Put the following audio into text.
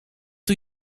doe